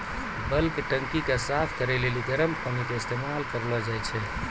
bulk टंकी के साफ करै लेली गरम पानी के इस्तेमाल करलो जाय छै